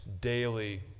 daily